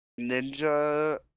Ninja